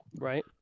Right